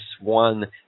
one